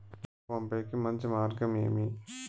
డబ్బు పంపేకి మంచి మార్గం ఏమి